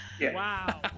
Wow